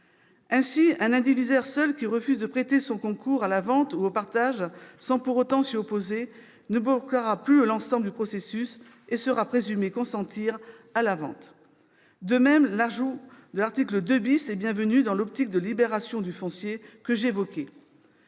Ainsi, un indivisaire seul qui refuse de prêter son concours à la vente ou au partage sans pour autant s'y opposer ne bloquera plus l'ensemble du processus et sera présumé consentir à la vente. De même, l'ajout de l'article 2 est bienvenu dans l'optique de libération du foncier que j'évoquais.